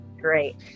Great